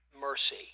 mercy